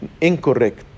incorrect